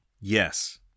Yes